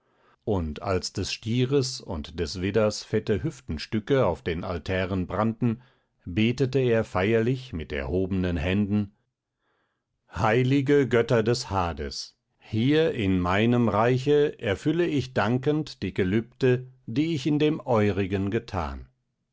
und als des stieres und des widders fette hüftenstücke auf den altären brannten betete er feierlich mit erhobenen händen heilige götter des hades hier in meinem reiche erfülle ich dankend die gelübde die ich in dem eurigen gethan